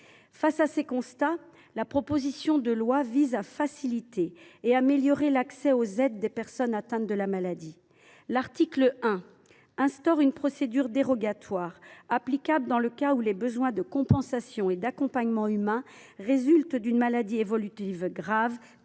de ces constats, la présente proposition de loi vise à améliorer et à faciliter l’accès aux aides des personnes atteintes de la maladie. L’article 1 instaure une procédure dérogatoire applicable dans le cas où les besoins de compensation et d’accompagnement humain résultent d’une maladie évolutive grave